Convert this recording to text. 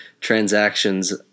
transactions